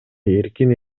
эркин